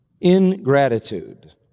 ingratitude